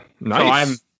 nice